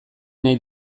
nahi